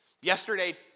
Yesterday